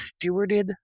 stewarded